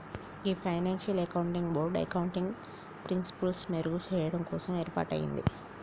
గీ financial accounting board accounting ప్రిన్సిపిల్సి మెరుగు చెయ్యడం కోసం ఏర్పాటయింది